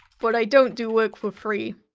but i don't do work for free.